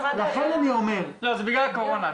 לא, זה בגלל הקורונה.